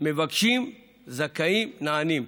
מבקשים, זכאים נענים.